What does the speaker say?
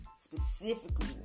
specifically